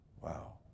Wow